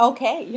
Okay